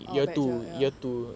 our batch ah ya